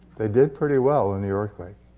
they did pretty well in the earthquake.